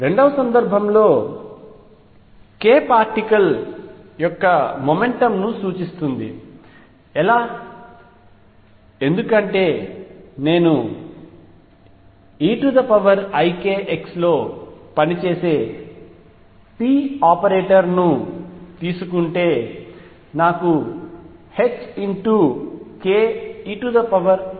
రెండవ సందర్భంలో k particle యొక్క మొమెంటమ్ ను సూచిస్తుంది ఎలా ఎందుకంటే నేను eikx లో పనిచేసే p ఆపరేటర్ని తీసుకుంటే నాకు ℏkeikx వస్తుంది